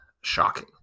shocking